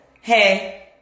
Hey